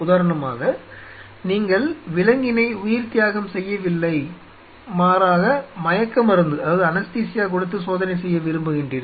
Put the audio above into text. உதாரணமாக நீங்கள் விலங்கினை உயிர்த்தியாகம் செய்யவில்லை மாறாக மயக்க மருந்து கொடுத்து சோதனை செய்ய விரும்புகின்றீர்கள்